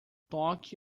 toque